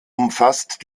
umfasst